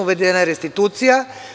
Uvedena je restitucija.